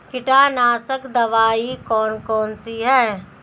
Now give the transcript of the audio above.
कीटनाशक दवाई कौन कौन सी हैं?